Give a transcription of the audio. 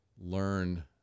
learn